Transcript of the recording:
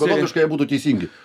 ergonomiškai jie būtų teisingi